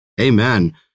Amen